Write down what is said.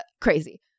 Crazy